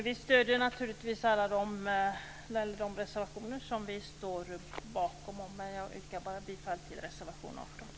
Vi stöder naturligtvis de reservationer som vi står bakom, men jag yrkar bara bifall till reservation 18.